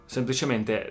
Semplicemente